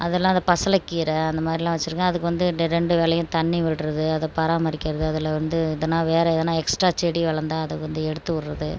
அதெல்லாம் அந்த பசலக்கீரை அந்த மாதிரிலாம் வச்சுருக்கேன் அதுக்கு வந்து டெ ரெண்டு வேலையும் தண்ணி விடுறது அதை பராமரிக்கிறது அதில் வந்து எதுனா வேற எதுனா எக்ஸ்ட்டா செடி வளர்ந்தா அதை வந்து எடுத்துவுடுறது